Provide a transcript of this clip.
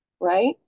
right